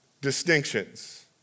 distinctions